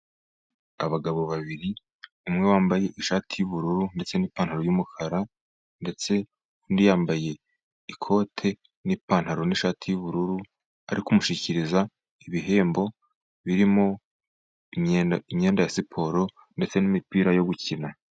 Abagabo babiri umwe wambaye ishati y'ubururu ndetse n'ipantaro y'umukara, ndetse undi wambaye ikote n'ipantaro n'ishati y'ubururu, ari kumushyikiriza ibihembo birimo imyenda ya siporo, ndetse n'imipira yo gukina.